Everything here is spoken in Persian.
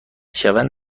شوند